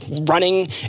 running